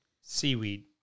seaweed